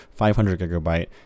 500-gigabyte